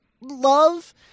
love